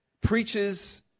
preaches